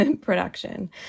production